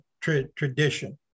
tradition